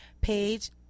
page